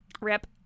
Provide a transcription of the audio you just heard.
Rip